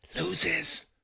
loses